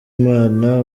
imana